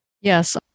Yes